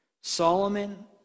Solomon